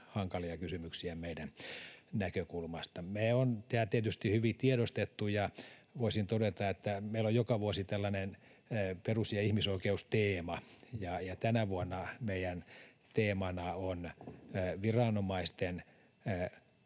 hankalia kysymyksiä meidän näkökulmastamme. Me ollaan nämä tietysti hyvin tiedostettu. Voisin todeta, että meillä on joka vuosi tällainen perus- ja ihmisoikeusteema, ja tänä vuonna meidän teemanamme on viranomaisten